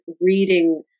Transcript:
reading